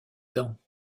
dents